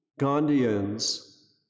Gandhians